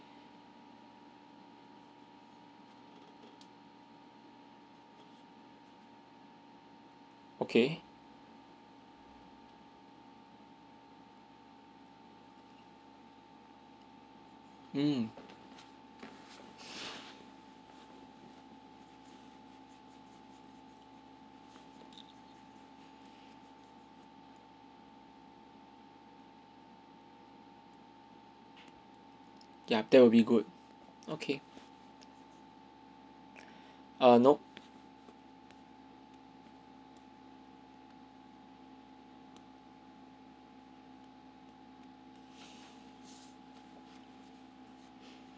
okay mm ya that will be good okay uh nope